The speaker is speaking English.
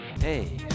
Hey